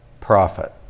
profit